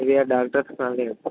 ఇది doctors colony అండి